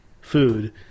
food